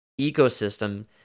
ecosystem